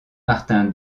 martin